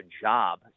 job